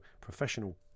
Professional